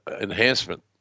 enhancement